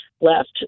left